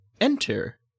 Enter